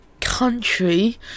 country